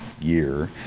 year